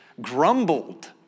grumbled